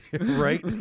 right